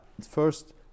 first